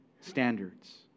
standards